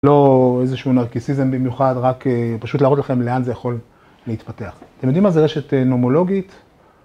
לא איזשהו נרקיסיזם במיוחד, רק פשוט להראות לכם לאן זה יכול להתפתח. אתם יודעים מה? זה רשת נומולוגית.